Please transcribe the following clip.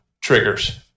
triggers